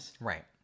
Right